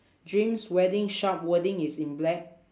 dreams wedding shop wording is in black